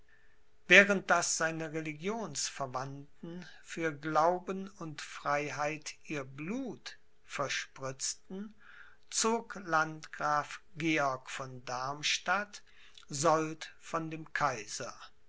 während daß seine religionsverwandten für glauben und freiheit ihr blut verspritzten zog landgraf georg von darmstadt sold von dem kaiser